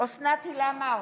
אוסנת הילה מארק,